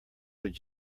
would